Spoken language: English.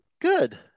Good